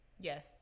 Yes